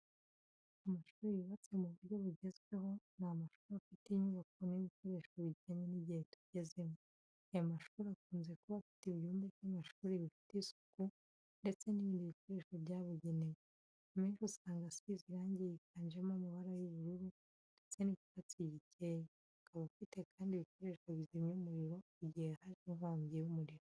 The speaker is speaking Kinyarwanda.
Amashuri yubatse mu buryo bugezweho ni amashuri afite inyubako n'ibikoresho bijyanye n’igihe tugezemo. Aya mashuri akunze kuba afite ibyumba by’amashuri bifite isuku, ndetse n'ibindii bikoresho byabugenewe. Amenshi usanga asize amarangi yiganjemo amabara y'ubururu ndetse n'icyatsi gikeye, akaba afite kandi n'ibikoresho bizimya umuriro igihe haje inkongi y'umuriro.